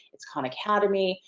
it's khan academy.